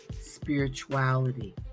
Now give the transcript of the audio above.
spirituality